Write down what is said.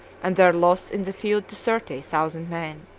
and their loss in the field to thirty, thousand men.